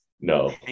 No